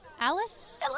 Alice